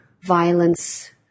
violence